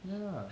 ya lah